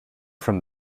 from